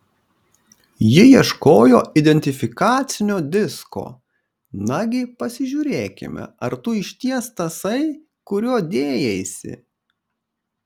ji ieškojo identifikacinio disko nagi pasižiūrėkime ar tu išties tasai kuriuo dėjaisi